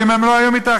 ואם הם לא היו מתאחדים,